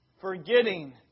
Forgetting